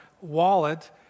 wallet